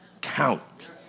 count